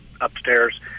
upstairs